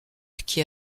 qui